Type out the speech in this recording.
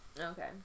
Okay